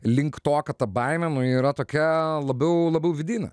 link to kad ta baimė yra tokia labiau labiau vidinė